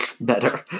Better